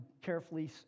carefully